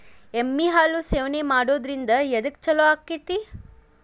ಎಮ್ಮಿ ಹಾಲು ಸೇವನೆ ಮಾಡೋದ್ರಿಂದ ಎದ್ಕ ಛಲೋ ಆಕ್ಕೆತಿ?